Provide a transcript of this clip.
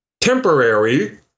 temporary